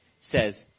says